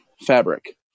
fabric